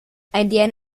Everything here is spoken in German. einen